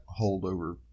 holdover